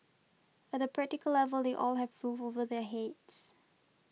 at the practical level they all have over their heads